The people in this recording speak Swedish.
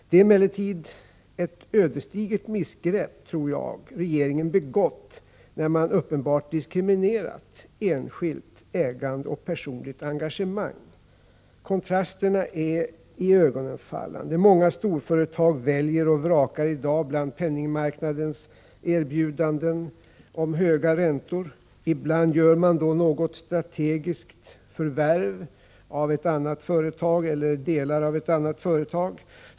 Det är emellertid ett ödesdigert missgrepp regeringen begått när den uppenbart diskriminerat enskilt ägande och personligt engagemang. Kontrasterna är iögonfallande. Många storföretag väljer och vrakar i dag bland penningmarknadens erbjudanden om höga räntor; ibland gör man något ”strategiskt” förvärv.